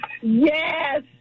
Yes